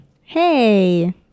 Hey